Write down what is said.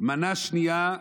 מנה שנייה,